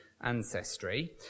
ancestry